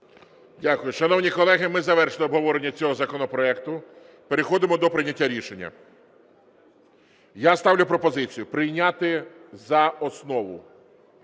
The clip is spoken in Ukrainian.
Дякую. Шановні колеги, ми завершили обговорення цього законопроекту. Переходимо до прийняття рішення. Я ставлю пропозицію прийняти за основу